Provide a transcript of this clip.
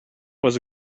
was